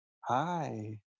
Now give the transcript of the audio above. hi